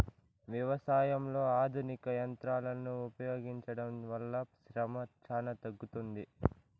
వ్యవసాయంలో ఆధునిక యంత్రాలను ఉపయోగించడం వల్ల శ్రమ చానా తగ్గుతుంది